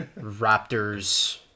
Raptors